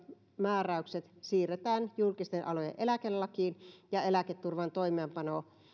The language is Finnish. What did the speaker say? määräykset siirretään julkisten alojen eläkelakiin ja eläketurvan toimeenpano